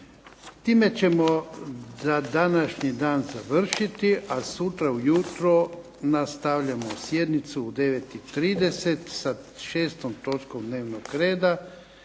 Time ćemo za današnji dan završiti, a sutra ujutro nastavljamo sjednicu u 9,30 sa 6. točkom dnevnog reda